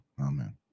Amen